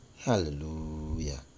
Hallelujah